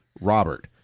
Robert